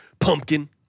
pumpkin